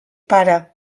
pare